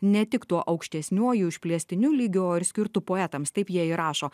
ne tik tuo aukštesniuoju išplėstiniu lygiu o ir skirtu poetams taip jie ir rašo